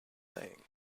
saying